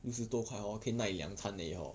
六十多块 hor 可以耐两餐而已 hor